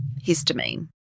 histamine